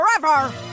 forever